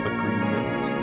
Agreement